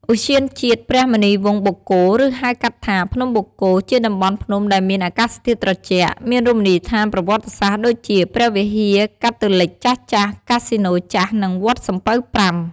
ឧទ្យានជាតិព្រះមុនីវង្សបូកគោ ឬហៅកាត់ថា ភ្នំបូកគោ ជាតំបន់ភ្នំដែលមានអាកាសធាតុត្រជាក់ មានរមណីយដ្ឋានប្រវត្តិសាស្ត្រដូចជា ព្រះវិហារកាតូលិកចាស់ៗ កាស៊ីណូចាស់ និងវត្តសំពៅប្រាំ។